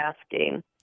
asking